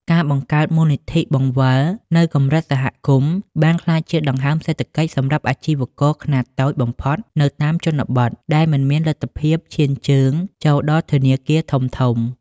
ការបង្កើតមូលនិធិបង្វិលនៅកម្រិតសហគមន៍បានក្លាយជាដង្ហើមសេដ្ឋកិច្ចសម្រាប់អាជីវករខ្នាតតូចបំផុតនៅតាមជនបទ ដែលមិនមានលទ្ធភាពឈានជើងចូលដល់ធនាគារធំៗ។